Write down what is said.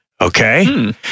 Okay